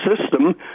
System